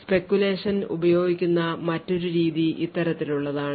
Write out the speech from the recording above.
Speculation ഉപയോഗിക്കുന്ന മറ്റൊരു രീതി ഇത്തരത്തിലുള്ളതാണ്